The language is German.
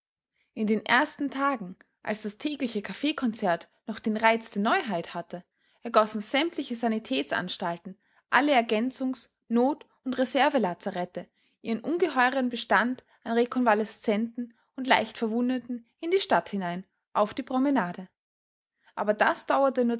in den ersten tagen als das tägliche kaffeekonzert noch den reiz der neuheit hatte ergossen sämtliche sanitätsanstalten alle ergänzungs not und reservelazarette ihren ungeheueren bestand an rekonvalescenten und leichtverwundeten in die stadt hinein auf die promenade aber das dauerte